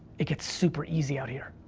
it gets super easy out here.